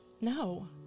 no